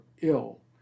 ill